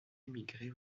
émigré